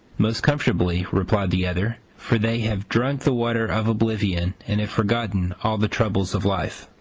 most comfortably, replied the other, for they have drunk the water of oblivion, and have forgotten all the troubles of life.